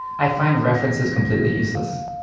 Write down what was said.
i find references completely useless.